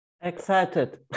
Excited